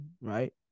right